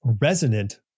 resonant